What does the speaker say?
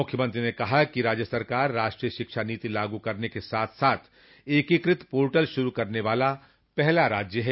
मुख्यममंत्री ने कहा कि राज्य सरकार राष्ट्रीय शिक्षा नीति लागू करने के साथ साथ एकीकृत पोर्टल शुरू करने वाला पहला राज्य है